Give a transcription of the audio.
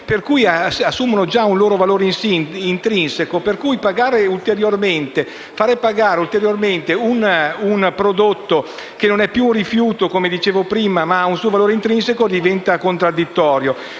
e assumono un loro valore intrinseco. Pertanto, far pagare ulteriormente un prodotto che non è più un rifiuto - come dicevo prima - ma ha un suo valore intrinseco, diventa contraddittorio.